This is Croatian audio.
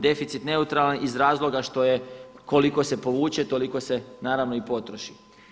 Deficit neutralan iz razloga što je, koliko se povuče toliko se naravno i potroši.